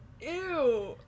Ew